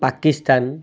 Pakistan